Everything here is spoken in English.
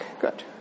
Good